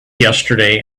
yesterday